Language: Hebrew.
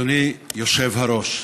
אדוני היושב-ראש,